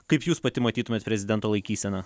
kaip jūs pati matytumėt prezidento laikyseną